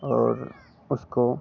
और उसको